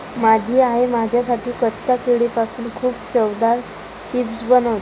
माझी आई माझ्यासाठी कच्च्या केळीपासून खूप चवदार चिप्स बनवते